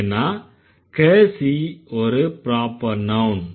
ஏன்னா kassie ஒரு proper noun